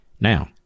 Now